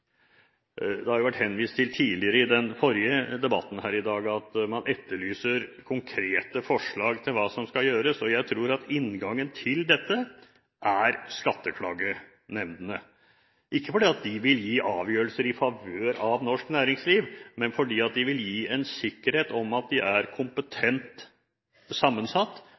I den forrige debatten her i dag har det blitt henvist til at man etterlyser konkrete forslag til hva som skal gjøres. Jeg tror at inngangen til dette er skatteklagenemndene – ikke fordi de vil gi avgjørelser i favør av norsk næringsliv, men fordi de vil gi en sikkerhet for at de er kompetent sammensatt,